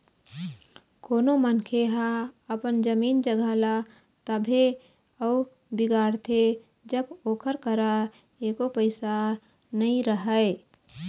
कोनो मनखे ह अपन जमीन जघा ल तभे अउ बिगाड़थे जब ओकर करा एको पइसा नइ रहय